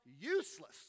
useless